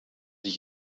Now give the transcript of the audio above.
ich